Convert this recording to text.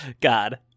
God